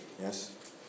Yes